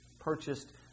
purchased